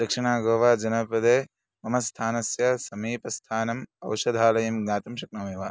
दक्षिणागोवा जनपदे मम स्थानस्य समीपस्थानम् औषधालयं ज्ञातुं शक्नोमि वा